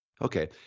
okay